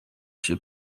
się